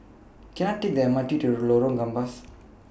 Can I Take The M R T to Lorong Gambas